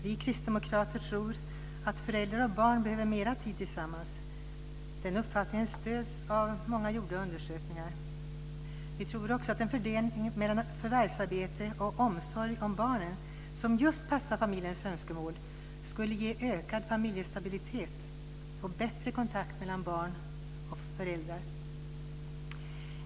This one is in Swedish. Vi kristdemokrater tror att föräldrar och barn behöver mer tid tillsammans. Den uppfattningen stöds av många gjorda undersökningar. Vi tror också att en fördelning mellan förvärvsarbete och omsorg om barnen som just passar familjens önskemål skulle ge ökad familjestabilitet och bättre kontakt mellan barn och föräldrar.